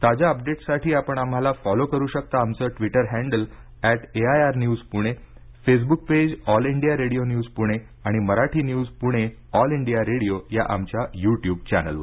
ताज्या अपडेट्ससाठी आपण आम्हाला फॉलो करु शकता आमचं Twitter handle at AIR news Pune Facebook page All India Radio news Pune आणि Marathi news Pune All India Radio या आमच्या युट्यूब चॅनेलवर